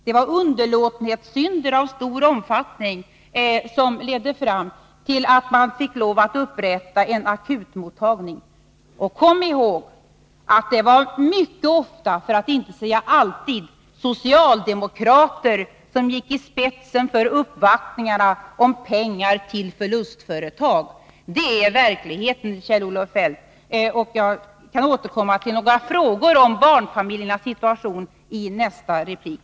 Det var underlåtenhetssynder av stor omfattning som ledde fram till att man fick lov att inrätta en s.k. akutmottagning. Och kom ihåg att det mycket ofta, för att inte säga alltid, var socialdemokrater som gick i spetsen för uppvaktningarna om pengar till förlustföretag! Sådan var verkligheten, Kjell-Olof Feldt. Jag skall återkomma till några frågor om barnfamiljernas situation i nästa replik.